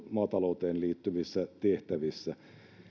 maatalouteen liittyvissä tehtävissä